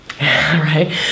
Right